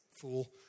fool